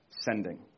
Sending